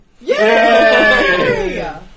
Yay